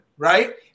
right